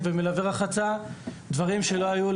אלה דברים שלא היו,